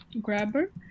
Grabber